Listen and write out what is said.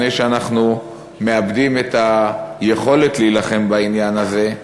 לפני שאנחנו מאבדים את היכולת להילחם בעניין הזה,